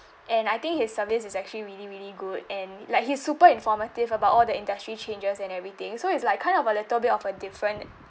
and I think his service is actually really really good and like he's super informative about all the industry changes and everything so it's like kind of a little bit of a different